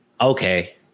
Okay